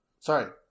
Sorry